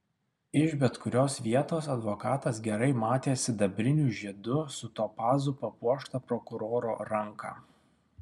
iš bet kurios vietos advokatas gerai matė sidabriniu žiedu su topazu papuoštą prokuroro ranką